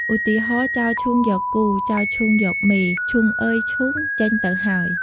ឧទាហរណ៍ "ចោលឈូងយកគូ ចោលឈូងយកមេ ...", "ឈូងអើយឈូង ចេញទៅហើយ"។